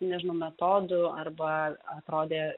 nežinau metodų arba atrodė